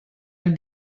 have